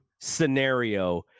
scenario